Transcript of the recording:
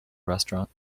restaurant